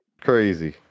crazy